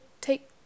take